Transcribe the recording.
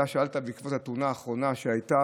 אתה שאלת בעקבות התאונה האחרונה שהייתה.